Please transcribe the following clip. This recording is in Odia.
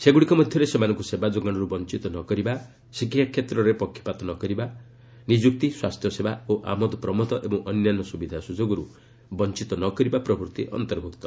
ସେଗୁଡ଼ିକ ମଧ୍ୟରେ ସେମାନଙ୍କୁ ସେବା ଯୋଗଣରୁ ବଞ୍ଚିତ ନ କରିବା ଶିକ୍ଷା କ୍ଷେତ୍ରରେ ପକ୍ଷପାତ ନକରିବା ନିଯୁକ୍ତି ସ୍ୱାସ୍ଥ୍ୟସେବା ଓ ଆମୋଦପ୍ରମୋଦ ଏବଂ ଅନ୍ୟାନ୍ୟ ସୁବିଧା ସୁଯୋଗରୁ ବଞ୍ଚିତ ନ କରିବା ପ୍ରଭୂତି ଅନ୍ତର୍ଭୁକ୍ତ